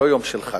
לא יום של חג,